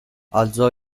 alzò